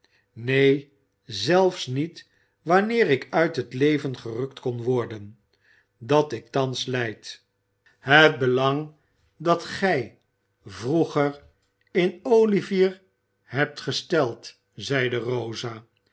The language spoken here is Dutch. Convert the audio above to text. neen zelfs niet wanneer ik uit het leven gerukt kon worden dat ik thans leid het belang dat gij vroeger in olivier hebt gesteld zeide rosa